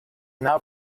now